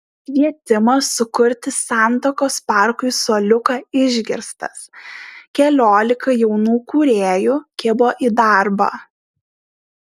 kvietimas sukurti santakos parkui suoliuką išgirstas keliolika jaunų kūrėjų kibo į darbą